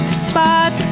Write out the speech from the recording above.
spot